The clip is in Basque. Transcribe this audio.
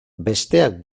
besteak